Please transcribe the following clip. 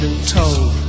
told